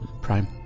Prime